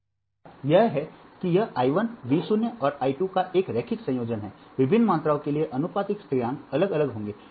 2 बात यह है कि यह I 1 V 0 और I 2 का एक रैखिक संयोजन है विभिन्न मात्राओं के लिए आनुपातिक स्थिरांक अलग अलग होंगे